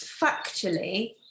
factually